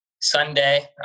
Sunday